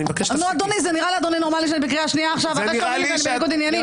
אני מסבירה להם שאני לא בניגוד עניינים.